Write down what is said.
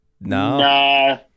No